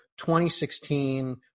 2016